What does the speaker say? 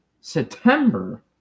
September